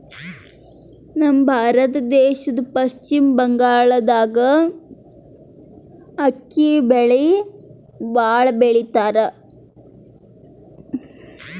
ನಮ್ ಭಾರತ ದೇಶದ್ದ್ ಪಶ್ಚಿಮ್ ಬಂಗಾಳ್ದಾಗ್ ಅಕ್ಕಿ ಬೆಳಿ ಭಾಳ್ ಬೆಳಿತಾರ್